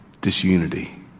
disunity